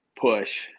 push